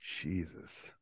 Jesus